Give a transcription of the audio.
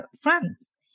France